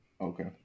Okay